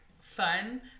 fun